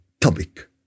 topic